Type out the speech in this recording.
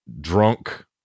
Drunk